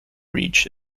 reach